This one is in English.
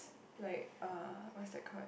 like uh what's that call